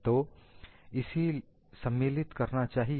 तो इसे सम्मिलित करना चाहिए